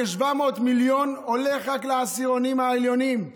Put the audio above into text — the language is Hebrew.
כ-700 מיליונים הולכים רק לעשירונים העליונים,